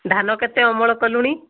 ଧାନ କେତେ ଅମଳ କଲୁଣି